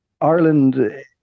Ireland